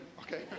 okay